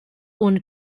und